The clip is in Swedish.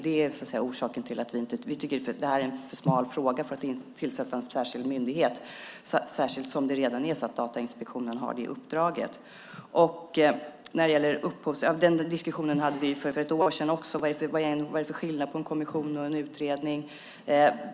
Det är orsaken. Vi tycker att det är en för smal fråga för att man ska tillsätta en särskild myndighet, särskilt som Datainspektionen redan har det uppdraget. Vi hade diskussionen för ett år sedan också om vad det är för skillnad mellan en kommission och en utredning.